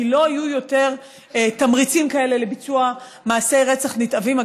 כי לא יהיו יותר תמריצים כאלה לביצוע מעשי רצח נתעבים.